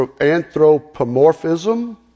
anthropomorphism